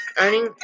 earning